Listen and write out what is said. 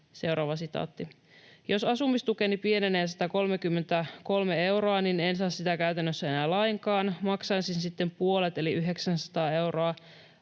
tulojani.” ”Jos asumistukeni pienenee 133 euroa, niin en saa sitä käytännössä enää lainkaan, maksaisin sitten puolet eli 900 euroa